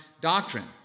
doctrine